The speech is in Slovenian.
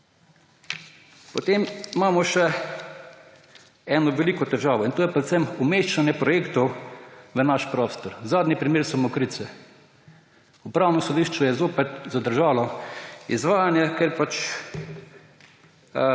imamo še eno veliko težavo – to je predvsem umeščanje projektov v naš prostor. Zadnji primer so Mokrice. Upravno sodišče je zopet zadržalo izvajanje, ker pač